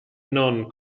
non